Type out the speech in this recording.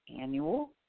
annual